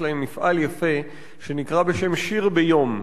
יש להם מפעל יפה שנקרא בשם "שיר ביום".